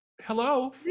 hello